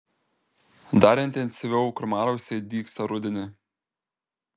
dar intensyviau kurmiarausiai dygsta rudenį